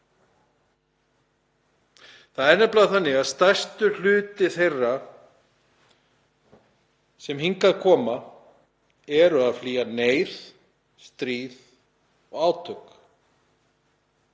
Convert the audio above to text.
Það er nefnilega þannig að stærstur hluti þeirra sem hingað koma er að flýja neyð, stríð og átök.